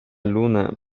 luna